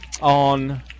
on